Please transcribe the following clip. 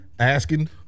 Asking